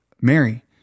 Mary